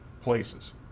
places